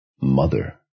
Mother